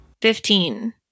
Fifteen